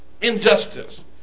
injustice